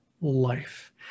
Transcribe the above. life